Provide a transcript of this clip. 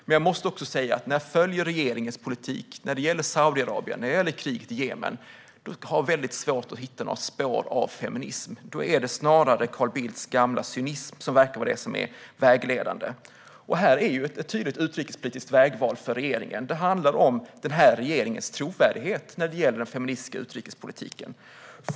Men jag måste också säga att jag, när jag följer regeringens politik när det gäller Saudiarabien och kriget i Jemen, har väldigt svårt att se några spår av feminism. Då är det snarare Carl Bildts gamla cynism som verkar vara vägledande. Här har regeringen ett tydligt utrikespolitiskt vägval. Det handlar om regeringens trovärdighet när det gäller den feministiska utrikespolitiken.